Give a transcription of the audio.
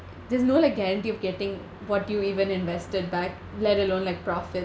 there's no like guarantee of getting what you even invested back let alone like profits